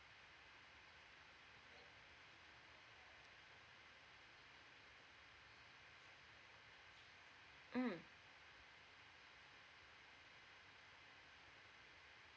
mm